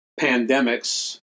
pandemics